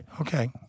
Okay